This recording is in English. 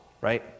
right